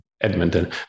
Edmonton